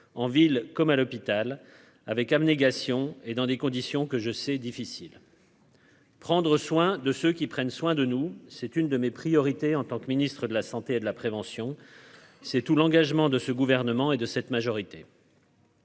en ville comme à l'hôpital avec abnégation et dans des conditions que je c'est difficile. Prendre soin de ceux qui prennent soin de nous, c'est une de mes priorités en tant que ministre de la Santé et de la prévention, c'est tout l'engagement de ce gouvernement et de cette majorité.